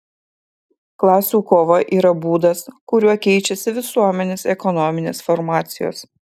klasių kova yra būdas kuriuo keičiasi visuomenės ekonominės formacijos